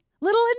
Little